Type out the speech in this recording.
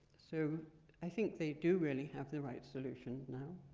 so i think they do really have the right solution now.